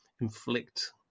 inflict